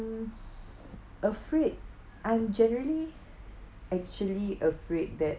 afraid I'm generally actually afraid that